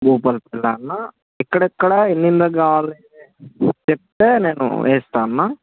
లోపలికెళ్ళాలా అన్న ఎక్కడెక్కడ ఎన్నిండ్లకి కావాలి చెప్తే నేను వేస్తాను అన్న